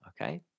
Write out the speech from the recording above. Okay